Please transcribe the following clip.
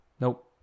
nope